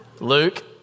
Luke